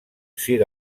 sur